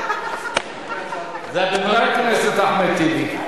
חבר הכנסת אחמד טיבי.